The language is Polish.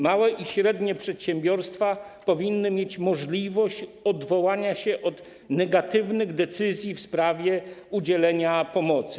Małe i średnie przedsiębiorstwa powinny mieć możliwość odwołania się od negatywnych decyzji w sprawie udzielenia im pomocy.